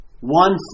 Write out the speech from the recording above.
One